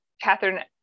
Catherine